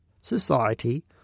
society